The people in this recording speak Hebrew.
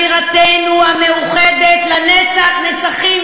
בירתנו המאוחדת לנצח נצחים,